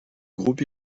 groupe